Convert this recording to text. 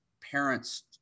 parents